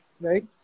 right